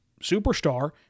superstar